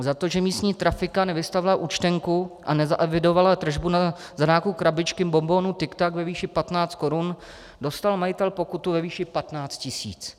Za to, že místní trafika nevystavila účtenku a nezaevidovala tržbu za nákup krabičky bonbonů Tic Tac ve výši 15 korun, dostal majitel pokutu ve výši 15 tisíc.